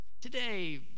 Today